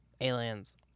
aliens